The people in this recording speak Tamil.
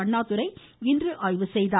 அண்ணாதுரை இன்று ஆய்வுசெய்தார்